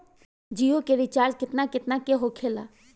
जियो के रिचार्ज केतना केतना के होखे ला?